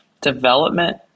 Development